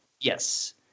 Yes